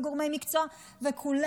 וגורמי מקצוע וכולם,